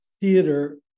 theater